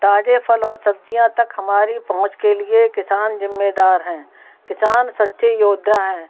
ताज़े फल और सब्ज़ियाँ तक हमारी पहुँच के लिए किसान जिम्मेदार हैं किसान सच्चे योद्धा हैं